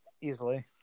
Easily